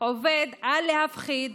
עובד על להפחיד